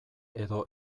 edo